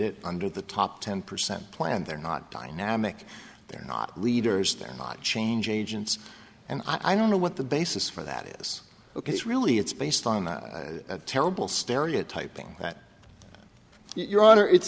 it under the top ten percent plan they're not dynamic they're not leaders they're not change agents and i don't know what the basis for that is ok it's really it's based on the terrible stereotyping